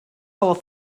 whole